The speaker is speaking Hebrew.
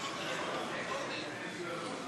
הסמל והמנון המדינה (תיקון,